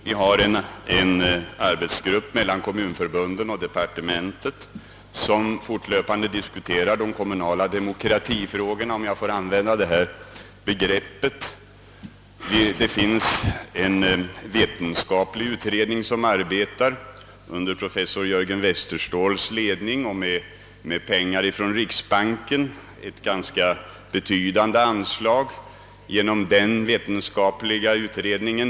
Vi har en arbetsgrupp med representanter för kommunförbunden och departementet som fortlöpande diskuterar de kommunala demokratifrågorna, om jag får använda det uttrycket. Vi har också en vetenskaplig utredning, som arbetar under professor Jörgen Westerståhls ledning och som har betydande anslag från riksbankens jubileumsfond.